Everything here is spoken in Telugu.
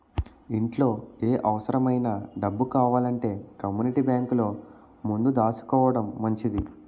ఇంట్లో ఏ అవుసరమైన డబ్బు కావాలంటే కమ్మూనిటీ బేంకులో ముందు దాసుకోడం మంచిది